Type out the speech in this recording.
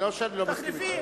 לא שאני לא מסכים אתך.